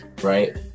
Right